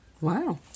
Wow